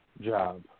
job